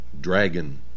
dragon